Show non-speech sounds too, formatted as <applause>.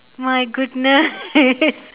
my goodness <laughs>